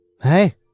Hey